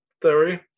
theory